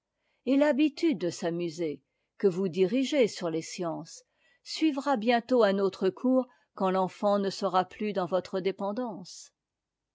et l'habitude de s'amuser que vous dirigez sur les sciences suivra bientôt un autre cours quand l'enfant ne sera plus dans votre dépendance